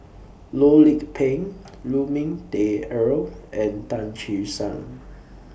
Loh Lik Peng Lu Ming Teh Earl and Tan Che Sang